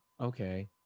okay